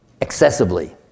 excessively